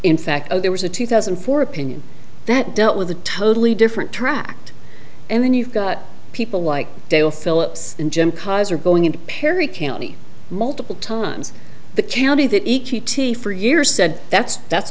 in fact there was a two thousand and four opinion that dealt with a totally different tract and then you've got people like dale phillips and jim kaiser going into perry county multiple times the charity that each t t for years said that's that's